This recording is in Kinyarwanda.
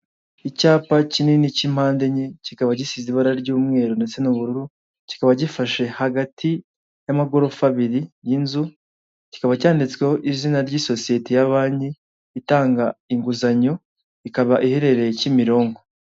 Icyapa kinini cy'impande enye, kikaba gisize ibara ry'umweru ndetse n'ubururu, kikaba gifashe hagati y'amagorofa abiri y'inzu, kikaba cyanditsweho izina ry'isosiyete ya Banki itanga inguzanyo, ikaba iherereye Kimironko.